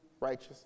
righteous